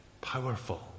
powerful